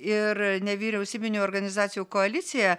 ir nevyriausybinių organizacijų koalicija